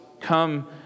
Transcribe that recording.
come